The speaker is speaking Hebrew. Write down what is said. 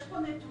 יש פה נתונים,